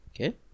Okay